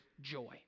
joy